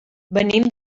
venim